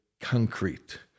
concrete